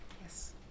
Yes